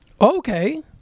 Okay